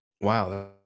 Wow